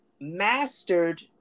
mastered